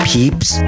Peeps